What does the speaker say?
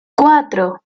cuatro